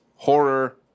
horror